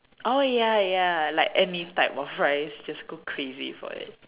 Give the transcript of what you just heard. oh ya ya like any type of rice just go crazy for it